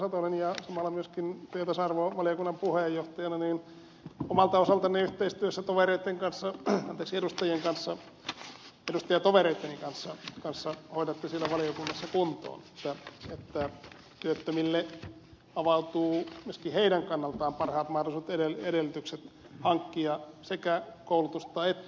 satonen ja samalla myöskin työelämä ja tasa arvovaliokunnan puheenjohtajana omalta osaltanne yhteistyössä tovereitten kanssa anteeksi edustajien kanssa edustajatovereitteni kanssa hoidatte sen siellä valiokunnassa kuntoon että työttömille avautuvat myöskin heidän kannaltaan parhaat mahdollisuudet ja edellytykset hankkia sekä koulutusta että omaehtoista koulutusta